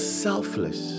selfless